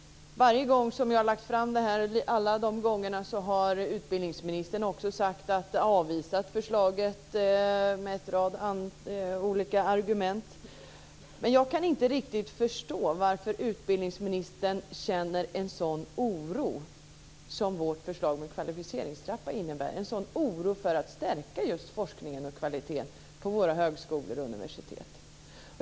Varje gång som jag har lagt fram förslaget har utbildningsministern avvisat det med en rad olika argument. Jag kan inte riktigt förstå varför utbildningsministern känner en sådan oro för att stärka just forskningen och kvaliteten, som vårt förslag om kvalificeringstrappa innebär, på våra högskolor och universitet.